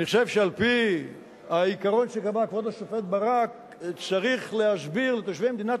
אני חושב שעל-פי העיקרון שקבע כבוד השופט ברק צריך להסביר לתושבי מדינת